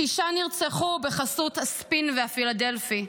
שישה נרצחו בחסות הספין והפילדלפי.